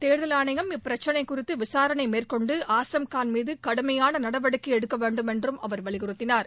தேர்தல் ஆணையம் இப்பிரச்சனை குறித்து விசாரணை மேற்கொண்டு ஆசம்கான் மீது கடுமையான நடவடிக்கை எடுக்க வேண்டும் என்றும் அவர் வலியுறுத்தினார்